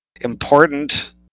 important